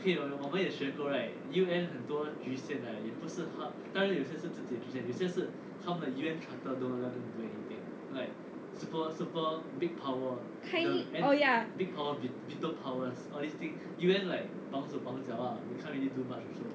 oh ya